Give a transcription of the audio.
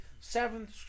seventh